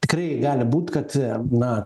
tikrai gali būt kad na